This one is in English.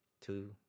Two